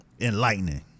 enlightening